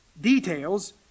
Details